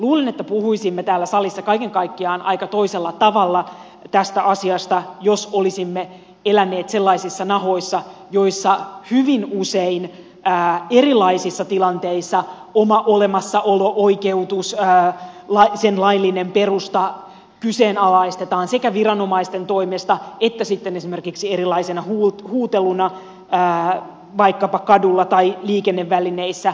luulen että puhuisimme täällä salissa kaiken kaikkiaan aika toisella tavalla tästä asiasta jos olisimme eläneet sellaisissa nahoissa joissa hyvin usein erilaisissa tilanteissa oma olemassaolon oikeutus sen laillinen perusta kyseenalaistetaan sekä viranomaisten toimesta että sitten esimerkiksi erilaisena huuteluna vaikkapa kadulla tai liikennevälineissä